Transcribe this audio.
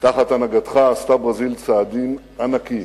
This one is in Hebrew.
תחת הנהגתך עשתה ברזיל צעדים ענקיים